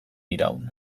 iraun